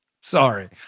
Sorry